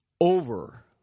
over